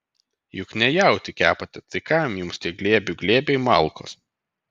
juk ne jautį kepate tai kam jums tie glėbių glėbiai malkos